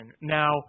now